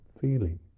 feeling